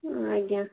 ଆଜ୍ଞା